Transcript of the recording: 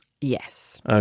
Yes